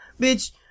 Bitch